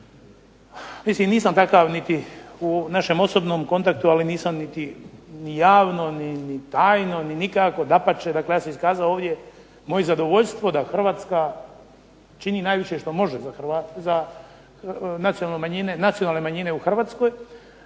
Mislim nisam takav niti u našem osobnom kontaktu, ali nisam niti, ni javno, ni tajno, ni nikako. Dapače, dakle ja sam iskazao ovdje moje zadovoljstvo da Hrvatska čini najviše što može za nacionalne manjine u Hrvatskoj.